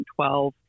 2012